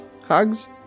Hugs